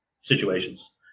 situations